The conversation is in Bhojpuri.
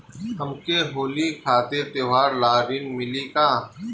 हमके होली खातिर त्योहार ला ऋण मिली का?